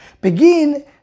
Be'gin